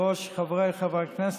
רואה בעיתון, לא מזמן, שהחבר שלך לשעבר,